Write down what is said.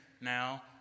now